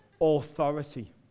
authority